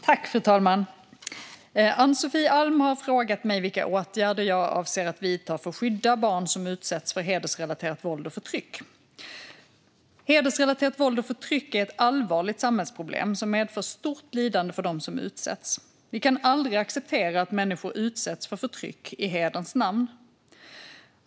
Fru talman! Ann-Sofie Alm har frågat mig vilka åtgärder jag avser att vidta för att skydda barn som utsätts för hedersrelaterat våld och förtryck. Hedersrelaterat våld och förtryck är ett allvarligt samhällsproblem som medför stort lidande för dem som utsätts. Vi kan aldrig acceptera att människor utsätts för förtryck i hederns namn.